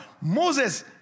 Moses